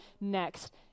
next